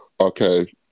Okay